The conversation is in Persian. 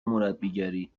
مربیگری